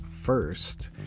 First